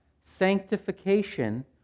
Sanctification